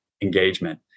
engagement